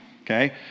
Okay